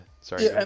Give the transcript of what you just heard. sorry